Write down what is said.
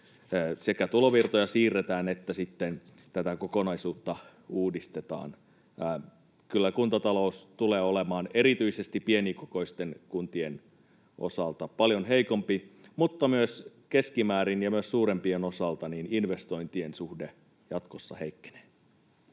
sekä tulovirtoja siirretään että sitten tätä kokonaisuutta uudistetaan. Kyllä kuntatalous tulee olemaan erityisesti pienikokoisten kuntien osalta paljon heikompi, mutta myös keskimäärin ja myös suurempien osalta investointien suhde jatkossa heikkenee.